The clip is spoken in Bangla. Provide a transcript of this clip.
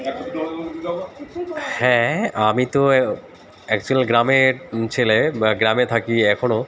হ্যাঁ আমি তো অ্যা অ্যাকচুয়ালি গ্রামের ছেলে বা গ্রামে থাকি এখনও